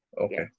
Okay